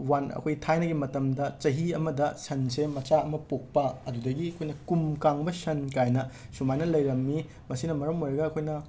one ꯑꯩꯈꯣꯏꯒꯤ ꯊꯥꯏꯅꯒꯤ ꯃꯇꯝꯗ ꯆꯍꯤ ꯑꯃꯗ ꯁꯟꯁꯦ ꯃꯆꯥ ꯑꯃ ꯄꯣꯛꯄ ꯑꯗꯨꯗꯒꯤ ꯑꯩꯈꯣꯏꯅ ꯀꯨꯝ ꯀꯥꯡꯕ ꯁꯟ ꯀꯥꯏꯅ ꯁꯨꯃꯥꯏꯅ ꯂꯩꯔꯝꯃꯤ ꯃꯁꯤꯅ ꯃꯔꯝ ꯑꯣꯏꯔꯒ ꯑꯩꯈꯣꯏꯅ